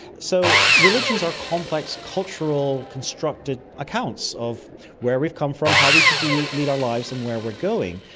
so religions are complex cultural constructed accounts of where we've come from, how we should lead lead our lives and where we're going.